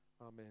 Amen